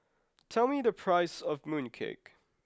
tell me the price of Mooncake